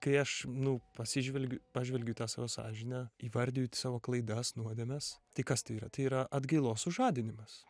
kai aš nu pasižvelgiu pažvelgiu į tą savo sąžinę įvardiju savo klaidas nuodėmes tai kas tai yra tai yra atgailos sužadinimas